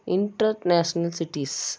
international cities